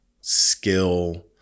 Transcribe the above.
skill